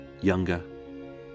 younger